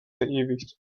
verewigt